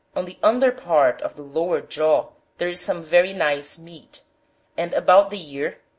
on the under part of the lower jaw there is some very nice meat and about the ear,